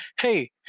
hey